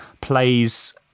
plays